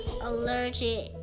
allergic